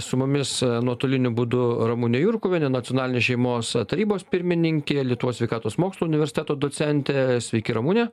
su mumis nuotoliniu būdu ramunė jurkuvienė nacionalinės šeimos tarybos pirmininkė lietuvos sveikatos mokslų universiteto docentė sveiki ramune